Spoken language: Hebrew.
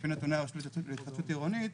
לפי נתוני הרשות להתחדשות עירונית,